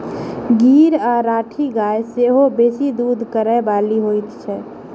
गीर आ राठी गाय सेहो बेसी दूध करय बाली होइत छै